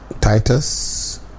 Titus